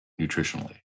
nutritionally